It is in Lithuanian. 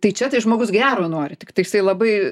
tai čia tai žmogus gero nori tiktai jisai labai